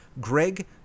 Greg